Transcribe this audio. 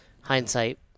hindsight